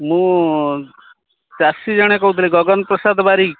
ମୁଁ ଚାଷୀ ଜଣେ କହୁଥିଲି ଗଗନ ପ୍ରସାଦ ବାରିକ